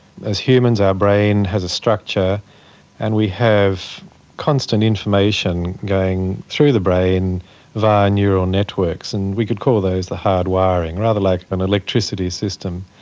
as humans our brain has a structure and we have constant information going through the brain via neural networks, and we could call those the hardwiring, rather like an electricity system.